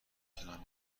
تونم